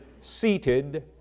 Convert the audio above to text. seated